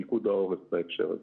פיקוד העורף בהקשר הזה.